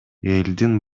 элдин